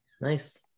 nice